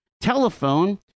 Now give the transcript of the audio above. telephone